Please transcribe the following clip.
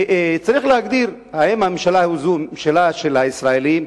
צריך להגדיר האם הממשלה הזאת היא ממשלה של הישראלים,